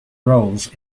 roles